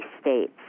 states